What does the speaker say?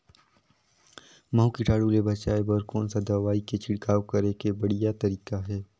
महू कीटाणु ले बचाय बर कोन सा दवाई के छिड़काव करे के बढ़िया तरीका हे?